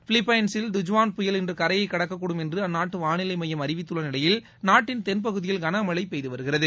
பிலிப்பைன்சில் தஜ்வான் புயல் இன்று கரையை கடக்கக்கூடும் என்று அந்நாட்டு வானிலை மையம் அறிவித்துள்ளநிலையில் நாட்டின் தென்பகுதியில் கனமழை பெய்து வருகிறது